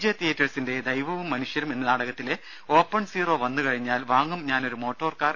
J തിയറ്റേഴ്സിന്റെ ദൈവവും മനുഷ്യരും എന്ന നാടകത്തിലെ ഓപ്പൺ സീറോ വന്നുകഴിഞ്ഞാൽ വാങ്ങും ഞാനൊരു മോട്ടോർ കാർ